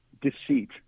deceit